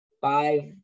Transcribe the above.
five